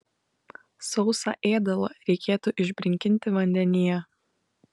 sausą ėdalą reikėtų išbrinkinti vandenyje